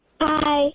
Hi